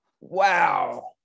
Wow